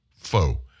foe